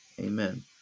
amen